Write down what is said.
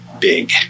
big